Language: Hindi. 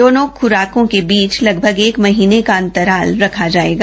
दोनो खुराकों के बीच लगभग एक महीने का अंतराल रख जायेगा